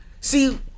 see